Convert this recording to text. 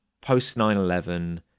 post-9-11